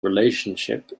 relationship